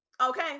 Okay